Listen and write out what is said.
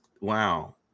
Wow